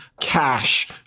cash